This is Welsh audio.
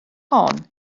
hon